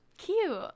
cute